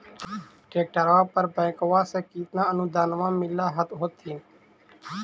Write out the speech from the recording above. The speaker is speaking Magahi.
ट्रैक्टरबा पर बैंकबा से कितना अनुदन्मा मिल होत्थिन?